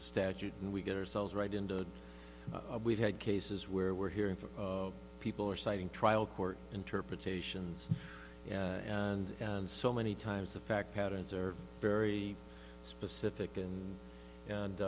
statute and we get ourselves right into we've had cases where we're hearing from people are citing trial court interpretations and and so many times the fact patterns are very specific